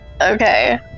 Okay